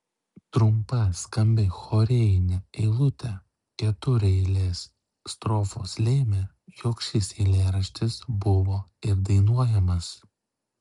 trumpa skambi chorėjinė eilutė ketureilės strofos lėmė jog šis eilėraštis buvo ir dainuojamas